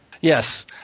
Yes